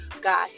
God